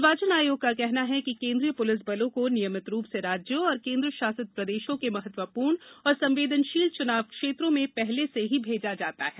निर्वाचन आयोग का कहना है कि केंद्रीय पुलिस बलों को नियमित रूप से राज्यों और केन्द्रशासित प्रदेशों के महत्वपूर्ण और संवेदनशील चुनाव क्षेत्रों में पहले से ही भेजा जाता है